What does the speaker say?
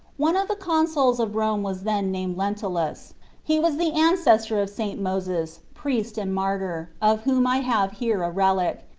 one of the consuls of rome was then named lentutus he was the ancestor of st. moses, priest and martyr, of whom i have here a relic,